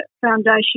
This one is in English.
foundation